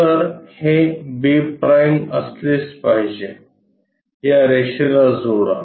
तर हे b' असलेच पाहिजे या रेषेला जोडा